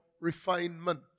refinement